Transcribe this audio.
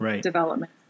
development